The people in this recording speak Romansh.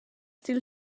til